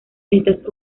estas